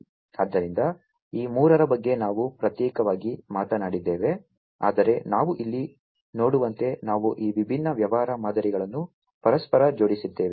ಆದ್ದರಿಂದ ಈ ಮೂರರ ಬಗ್ಗೆ ನಾವು ಪ್ರತ್ಯೇಕವಾಗಿ ಮಾತನಾಡಿದ್ದೇವೆ ಆದರೆ ನಾವು ಇಲ್ಲಿ ನೋಡುವಂತೆ ನಾವು ಈ ವಿಭಿನ್ನ ವ್ಯವಹಾರ ಮಾದರಿಗಳನ್ನು ಪರಸ್ಪರ ಜೋಡಿಸಿದ್ದೇವೆ